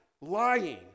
lying